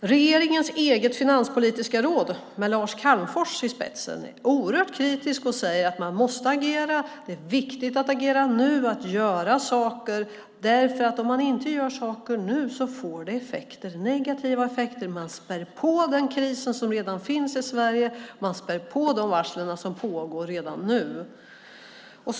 I regeringens eget finanspolitiska råd med Lars Calmfors i spetsen är man oerhört kritiska och säger att regeringen måste agera. Det är viktigt att agera nu och att göra saker, för görs inte saker nu får det negativa effekter. Den kris som redan finns i Sverige späs på. De varsel som pågår redan nu späs på.